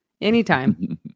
Anytime